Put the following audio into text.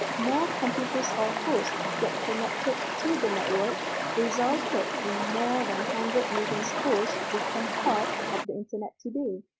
more computers or hosts get connected to the network resulted in more than hundred millions hosts become part of the internet today.